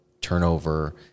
turnover